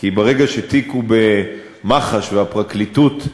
כי ברגע שתיק הוא במח"ש, והפרקליטות,